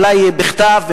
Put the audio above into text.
אולי בכתב,